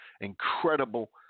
incredible